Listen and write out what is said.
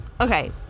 okay